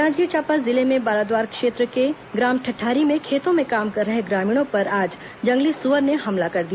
जांजगीर चांपा जिले में बाराद्वार क्षेत्र के ग्राम ठठारी में खेतों में काम कर रहे ग्रामीणों पर आज जंगली सुअर ने हमला कर दिया